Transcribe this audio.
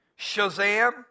shazam